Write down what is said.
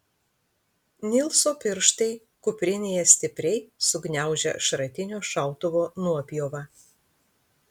nilso pirštai kuprinėje stipriai sugniaužia šratinio šautuvo nuopjovą